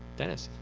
dennis